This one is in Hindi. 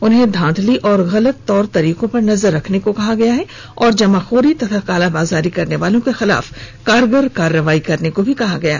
उन्हें धांधली और गलत तौर तरीकों पर नजर रखने तथा जमाखोरी और कालाबाजारी करने वालों के खिलाफ कारगर कार्रवाई करने को भी कहा गया है